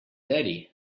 daddy